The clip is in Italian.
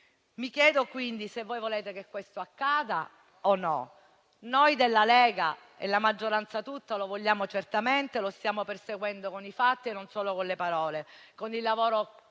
Mi chiedo quindi se voi volete che questo accada. Noi della Lega e la maggioranza tutta lo vogliamo certamente, lo stiamo perseguendo con i fatti e non solo con le parole, con il lavoro sul